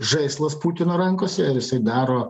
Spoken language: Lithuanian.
žaislas putino rankose ir jisai daro